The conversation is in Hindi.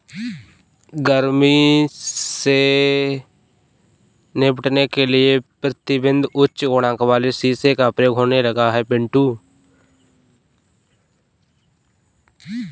गर्मी से निपटने के लिए प्रतिबिंब उच्च गुणांक वाले शीशे का प्रयोग होने लगा है पिंटू